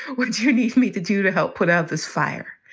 what do you need me to do to help put out this fire?